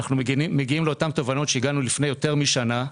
מגיעים לאותן תובנות שהגענו לפני מעלה משנה.